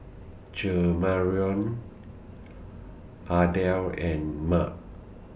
Jamarion Ardell and Meg